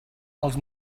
els